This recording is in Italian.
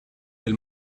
del